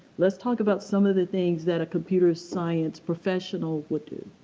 let's talk about some of the things that a computer science professional would do.